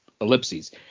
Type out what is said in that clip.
ellipses